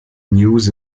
news